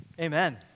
Amen